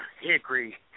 Hickory